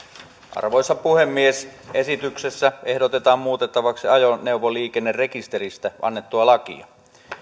arvoisa puhemies esityksessä ehdotetaan muutettavaksi ajoneuvoliikennerekisteristä annettua lakia